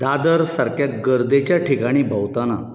दादर सारक्या गर्देच्या ठिकाणी भोंवताना